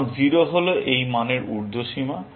এখন 0 হল এই মানের উর্দ্ধসীমা